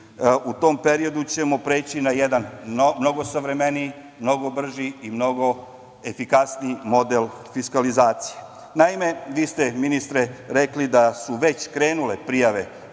U tom periodu ćemo preći na jedan mnogo savremeniji, mnogo brži i mnogo efikasniji model fiskalizacije. Naime, vi ste, ministre, rekli da su već krenule prijave